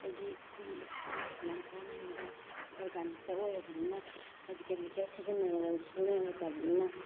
ꯍꯥꯏꯗꯤ ꯑꯩꯈꯣꯏꯒꯤ ꯍꯛꯆꯥꯡꯗꯁꯨ ꯌꯥꯝ ꯀꯥꯟꯅꯍꯟꯕ ꯑꯣꯔꯒꯥꯅꯤꯛꯇ ꯑꯣꯏꯔꯕꯅꯤꯅ ꯍꯥꯏꯗꯤ ꯀꯦꯃꯤꯀꯦꯜ ꯁꯤꯖꯤꯟꯅꯗꯕꯅꯤꯅ